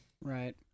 Right